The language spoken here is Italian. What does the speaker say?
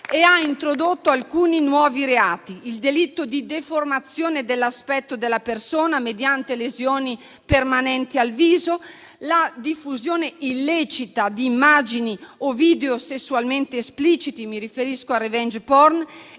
e ha introdotto alcuni nuovi reati: il delitto di deformazione dell'aspetto della persona mediante lesioni permanenti al viso, la diffusione illecita di immagini o video sessualmente espliciti (mi riferisco al *revenge porn*)